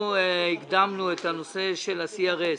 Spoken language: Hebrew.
אנחנו הקדמנו את הנושא של ה-CRS.